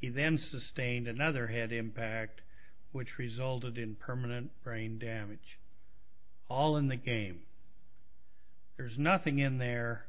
he then sustained another head impact which resulted in permanent brain damage all in the game there's nothing in there